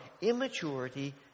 immaturity